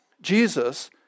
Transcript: Jesus